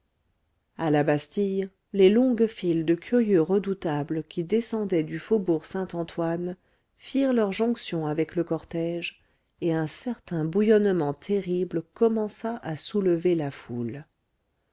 à la bastille les longues files de curieux redoutables qui descendaient du faubourg saint-antoine firent leur jonction avec le cortège et un certain bouillonnement terrible commença à soulever la foule